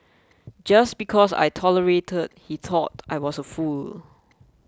just because I tolerated he thought I was a fool